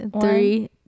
three